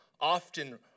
often